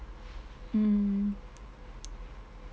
mm